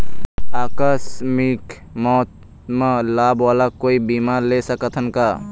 आकस मिक मौत म लाभ वाला कोई बीमा ले सकथन का?